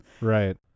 Right